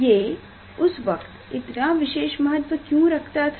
ये उस वक्त इतना विशेष महत्व क्यो रखता था